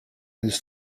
his